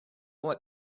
what